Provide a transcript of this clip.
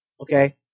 Okay